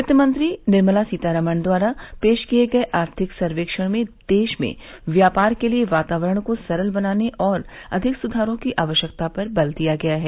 वित्त मंत्री निर्मला सीतारामन द्वारा पेश किए गये आर्थिक सर्केक्षण में देश में व्यापार के लिए वातावरण को सरल बनाने और अधिक सुधारों की आवश्यकता पर बल दिया गया है